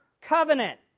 covenant